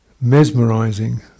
mesmerizing